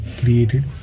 created